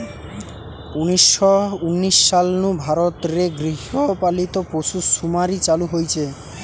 উনিশ শ উনিশ সাল নু ভারত রে গৃহ পালিত পশুসুমারি চালু হইচে